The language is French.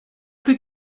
plus